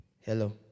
Hello